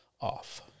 off